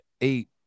eight